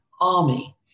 army